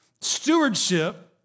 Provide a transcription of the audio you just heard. stewardship